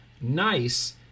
nice